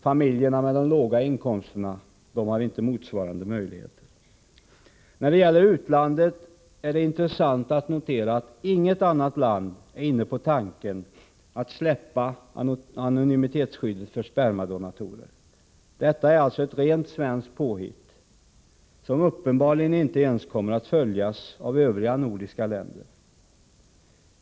Familjerna med de låga inkomsterna har inte sådana möjligheter. När det gäller utlandet är det intressant att notera att inget annat land än Sverige är inne på tanken att slopa anonymitetsskyddet för spermadonatorer. Detta är alltså ett rent svenskt påhitt, som uppenbarligen inte ens kommer att följas av övriga nordiska länder.